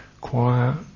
quiet